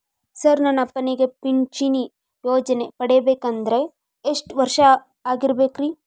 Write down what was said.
Sir ನನ್ನ ಅಪ್ಪನಿಗೆ ಪಿಂಚಿಣಿ ಯೋಜನೆ ಪಡೆಯಬೇಕಂದ್ರೆ ಎಷ್ಟು ವರ್ಷಾಗಿರಬೇಕ್ರಿ?